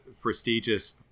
prestigious